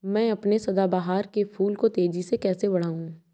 मैं अपने सदाबहार के फूल को तेजी से कैसे बढाऊं?